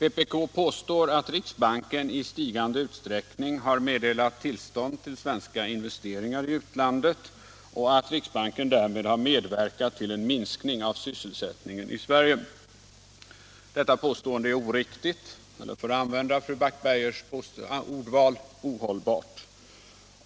Vpk påstår att riksbanken i stigande utsträckning har meddelat tillstånd till svenska investeringar i utlandet och att riksbanken därmed har medverkat till en minskning av sysselsättningen i Sverige. Detta påstående är oriktigt eller — för att använda fru Backbergers ordval — ohållbart.